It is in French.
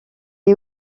est